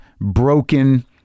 broken